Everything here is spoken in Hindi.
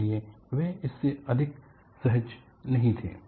इसलिए वे इससे अधिक सहज नहीं थे